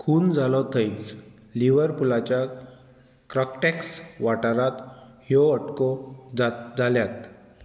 खून जालो थंयच लिवरपुलाच्या क्रोकटेक्स वॉटरांत ह्यो अटको जा जाल्यात